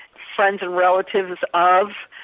sons and relatives of,